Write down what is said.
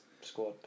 squad